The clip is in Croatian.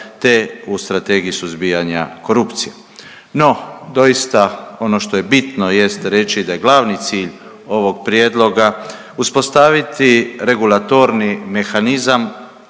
te u Strategiji suzbijanja korupcije. No, doista, ono što je bitno jest reći da je glavni cilj ovog prijedloga uspostaviti regulatorni mehanizam